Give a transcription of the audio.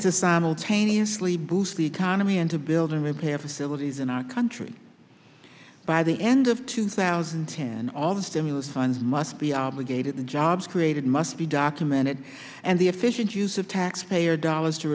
to simultaneously boost the economy and to build and repair facilities in our country by the end of two thousand and ten all of stimulus funds must be obligated to jobs created must be documented and the efficient use of taxpayer dollars to